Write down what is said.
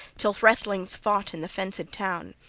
till hrethelings fought in the fenced town.